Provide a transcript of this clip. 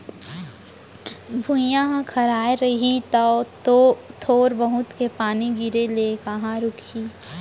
भुइयॉं ह खराय रही तौ थोर बहुत के पानी गिरे ले कहॉं रूकही